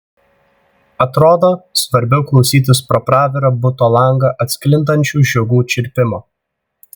atrodo svarbiau klausytis pro pravirą buto langą atsklindančio žiogų čirpimo